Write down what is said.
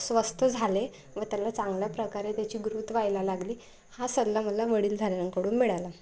स्वस्थ झाले व त्याला चांगल्या प्रकारे त्याची ग्रुथ व्हायला लागली हा सल्ला मला वडीलधाऱ्यांकडून मिळाला